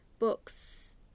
books